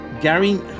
gary